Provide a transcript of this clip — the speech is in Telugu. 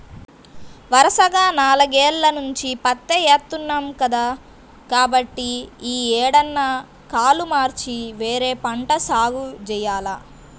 వరసగా నాలుగేల్ల నుంచి పత్తే ఏత్తన్నాం కదా, కాబట్టి యీ ఏడన్నా కాలు మార్చి వేరే పంట సాగు జెయ్యాల